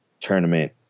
tournament